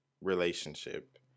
relationship